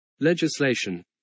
Legislation